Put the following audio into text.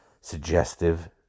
suggestive